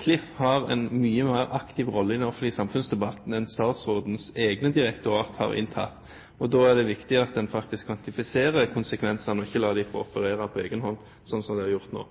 Klif har en mye mer aktiv rolle i den offentlige samfunnsdebatten enn statsrådens egne direktorater har inntatt. Da er det viktig at en faktisk kvantifiserer konsekvensene, og ikke lar dem få operere på egen hånd, slik som de har gjort nå.